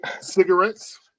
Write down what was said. Cigarettes